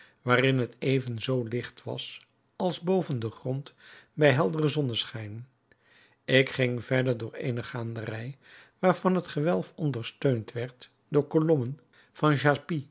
waarin het even zoo licht was als boven den grond bij helderen zonneschijn ik ging verder door eene gaanderij waarvan het gewelf ondersteund werd door kolommen van